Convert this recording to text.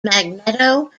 magneto